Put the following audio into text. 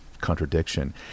contradiction